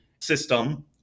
system